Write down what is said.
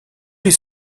les